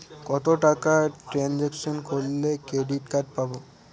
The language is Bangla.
কত টাকা ট্রানজেকশন করলে ক্রেডিট কার্ড পাবো?